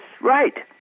right